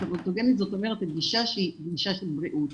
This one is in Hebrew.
זאת אומרת גישה שהיא גישה של בריאות.